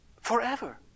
Forever